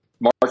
March